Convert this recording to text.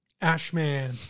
Ashman